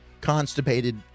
constipated